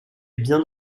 bien